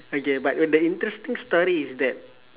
okay but when the interesting story is that